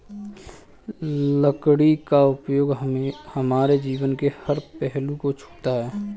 लकड़ी का उपयोग हमारे जीवन के हर पहलू को छूता है